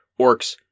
orcs